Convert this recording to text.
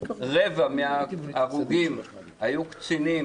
- רבע מההרוגים היו קצינים.